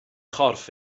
chorff